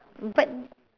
but